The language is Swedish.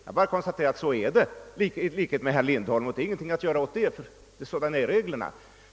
Jag bara konstaterar, i likhet med herr Lindholm, att så är det. Det är ingenting att göra åt det, ty sådana är reglerna.